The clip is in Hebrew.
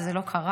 שזה לא קרה.